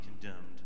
condemned